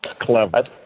clever